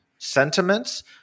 sentiments